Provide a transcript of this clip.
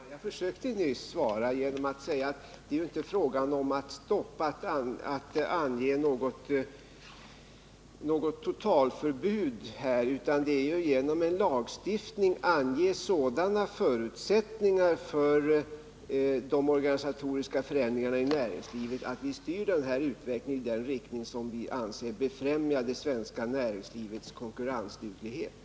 Herr talman! Jag försökte nyss svara genom att säga att det inte är fråga om att utfärda något totalförbud, utan att vad det gäller är att genom en lagstiftning ge sådana förutsättningar för de organisatgriska förändringarna i näringslivet att vi styr den här utvecklingen i den riktning som vi anser befrämjar det svenska näringslivets konkurrensduglighet.